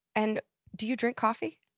and do you drink coffee?